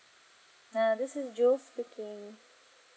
na~ this is jules speaking